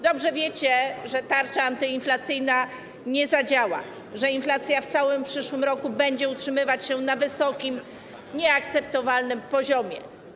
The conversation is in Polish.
Dobrze wiecie, że tarcza antyinflacyjna nie zadziała, że inflacja w całym przyszłym roku będzie utrzymywać się na wysokim, nieakceptowalnym poziomie.